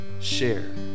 share